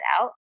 out